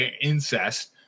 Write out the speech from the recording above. incest